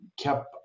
kept